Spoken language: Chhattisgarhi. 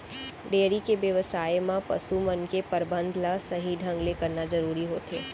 डेयरी के बेवसाय म पसु मन के परबंध ल सही ढंग ले करना जरूरी होथे